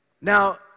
Now